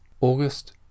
August